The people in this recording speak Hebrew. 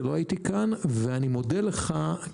שלא הייתי כאן ומודה לך,